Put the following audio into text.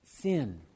sin